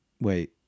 Wait